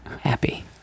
happy